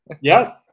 Yes